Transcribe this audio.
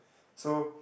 so